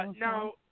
Now